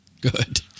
Good